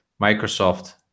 Microsoft